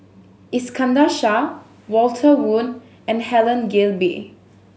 Iskandar Shah Walter Woon and Helen Gilbey